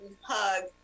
hug